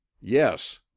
yes